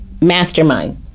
mastermind